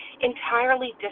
entirely